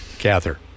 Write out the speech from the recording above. gather